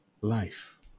life